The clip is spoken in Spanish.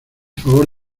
favor